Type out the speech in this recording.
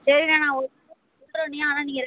சரிண்ண நான் சொல்கிறோண்ணே ஆனால் நீங்கள்